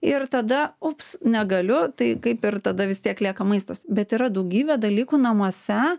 ir tada ups negaliu tai kaip ir tada vis tiek lieka maistas bet yra daugybė dalykų namuose